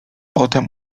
potem